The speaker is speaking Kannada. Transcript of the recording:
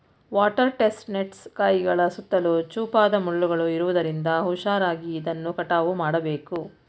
ವಾಟರ್ ಟೆಸ್ಟ್ ನೆಟ್ಸ್ ಕಾಯಿಗಳ ಸುತ್ತಲೂ ಚೂಪಾದ ಮುಳ್ಳುಗಳು ಇರುವುದರಿಂದ ಹುಷಾರಾಗಿ ಇದನ್ನು ಕಟಾವು ಮಾಡಬೇಕು